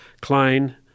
Klein